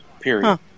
period